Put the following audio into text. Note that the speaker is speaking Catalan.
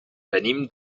venim